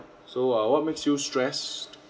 so uh what makes you stressed